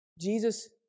Jesus